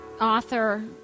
author